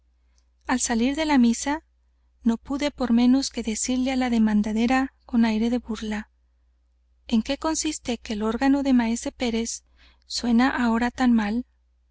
al salir de la misa no pude por menos de decirle á la demandera con aire de burla en qué consiste que el órgano de maese pérez suena ahora tan mal